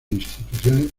instituciones